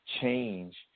change